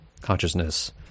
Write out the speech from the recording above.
consciousness